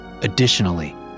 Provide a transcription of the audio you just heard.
Additionally